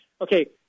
Okay